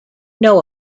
know